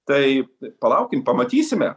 tai palaukim pamatysime